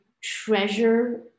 treasure